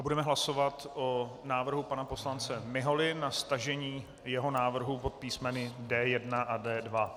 Budeme hlasovat o návrhu pana poslance Miholy na stažení jeho návrhu pod písmeny D1 a D2.